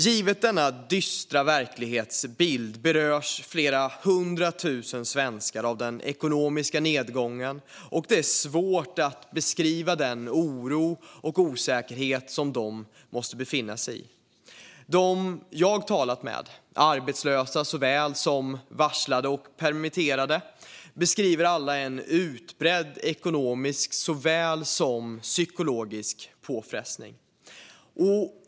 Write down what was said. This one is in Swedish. Givet denna dystra verklighetsbild berörs flera hundra tusen svenskar av den ekonomiska nedgången, och det är svårt att beskriva den oro och osäkerhet som de måste känna. De jag har talat med, arbetslösa såväl som varslade och permitterade, beskriver alla en utbredd ekonomisk såväl som psykologisk påfrestning.